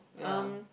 ya